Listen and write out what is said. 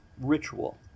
ritual